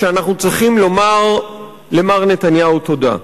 שאנחנו צריכים לומר למר נתניהו תודה.